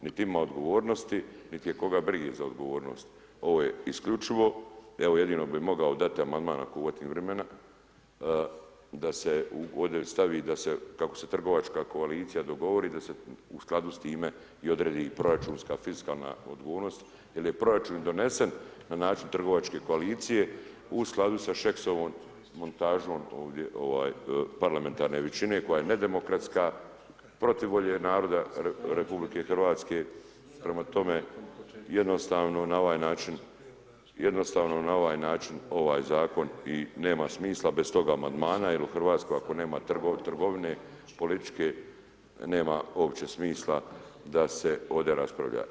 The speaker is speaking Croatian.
Nit ima odgovornosti nit je koga briga za odgovornost, ovo je isključivo evo jedino bi mogao dat amandman ako uvatim vrimena da se ovdje stavi da se kako se trgovačka koalicija dogovori da se u skladu s time i odredi proračunska fiskalna odgovornost jel je proračun i donesen na način trgovačke koalicije u skladu sa Šeksovom montažom, ovdje ovaj parlamentarne većine koja je nedemokratska, protiv volje naroda RH, prema tome jednostavno na ovaj način, jednostavno na ovaj način ovaj zakon i nema smisla bez tog amandmana, jer u Hrvatskoj ako nema trgovine političke nema uopće smisla da se ovde raspravlja.